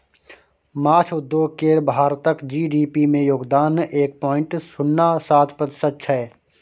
माछ उद्योग केर भारतक जी.डी.पी मे योगदान एक पॉइंट शुन्ना सात प्रतिशत छै